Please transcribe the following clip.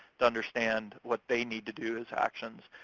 to understand what they need to do as actions.